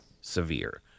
severe